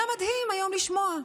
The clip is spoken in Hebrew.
היה מדהים היום לשמוע,